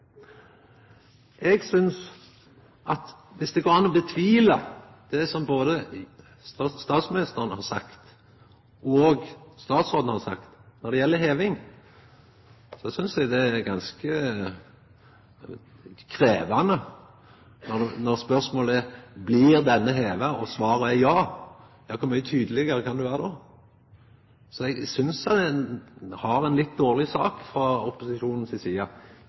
Eg synest at det er ganske krevjande når det går an å tvila på det som både statsministeren og statsråden har sagt når det gjeld heving, når spørsmålet er om denne ubåten blir heva, og svaret er ja. Kor mykje tydelegare kan ein vera? Eg synest ein har ei litt dårleg sak frå opposisjonen si side